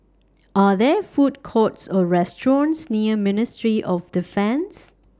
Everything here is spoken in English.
Are There Food Courts Or restaurants near Ministry of Defence